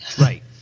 Right